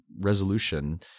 resolution